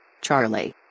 Charlie